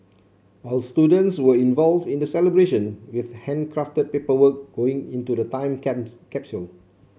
all students were involved in the celebration with handcrafted paperwork going into the time capsule